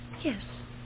Yes